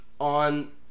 On